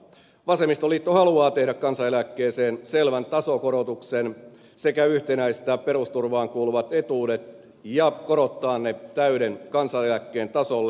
vasemmistoliitto haluaa tehdä kansaneläkkeeseen selvän tasokorotuksen sekä yhtenäistää perusturvaan kuuluvat etuudet ja korottaa ne täyden kansaneläkkeen tasolle